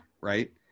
Right